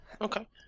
Okay